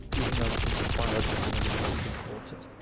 even though in some sense biologically they are the most important.